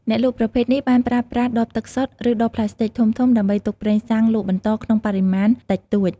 អ្នកលក់ប្រភេទនេះបានប្រើប្រាស់ដបទឹកសុទ្ធ ឬដបប្លាស្ទិកធំៗដើម្បីទុកប្រេងសាំងលក់បន្តក្នុងបរិមាណតិចតួច។